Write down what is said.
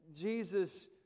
Jesus